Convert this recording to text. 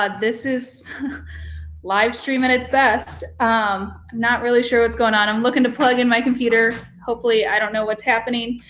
ah this is live stream at its best. i'm not really sure what's going on. i'm looking to plug in my computer, hopefully. i don't know what's happening.